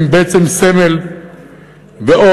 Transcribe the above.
הוא בעצם סמל ואות,